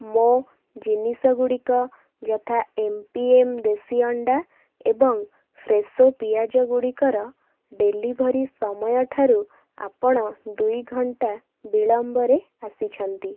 ମୋ' ଜିନିଷଗୁଡ଼ିକ ଯଥା ଏମ୍ ପି ଏମ୍ ଦେଶୀ ଅଣ୍ଡା ଏବଂ ଫ୍ରେଶୋ ପିଆଜ ଗୁଡ଼ିକର ଡେଲିଭରି ସମୟଠାରୁ ଆପଣ ଦୁଇ ଘଣ୍ଟା ବିଳମ୍ବରେ ଆସିଛନ୍ତି